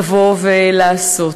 לבוא ולעשות.